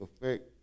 effect